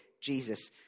Jesus